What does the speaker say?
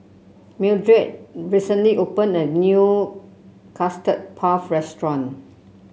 Mildred recently opened a new Custard Puff Restaurant